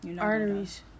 Arteries